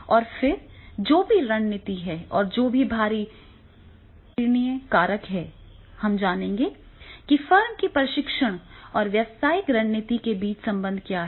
और फिर जो भी रणनीति है और जो भी बाहरी पर्यावरणीय कारक हैं हम जानेंगे कि फर्म के प्रशिक्षण और व्यावसायिक रणनीति के बीच संबंध क्या है